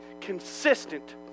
consistent